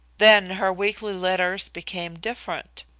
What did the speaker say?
then her weekly letters became different.